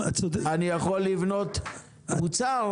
אני יכול לבנות קבוצה,